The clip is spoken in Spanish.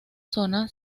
zona